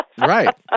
Right